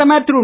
பிரதமர் திரு